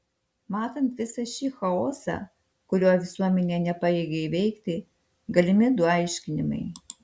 matant visą šį chaosą kurio visuomenė nepajėgia įveikti galimi du aiškinimai